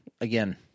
again